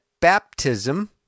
baptism—